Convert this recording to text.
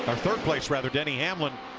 or first place, rather, denny hamlin.